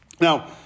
Now